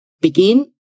begin